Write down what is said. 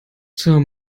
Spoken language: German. zur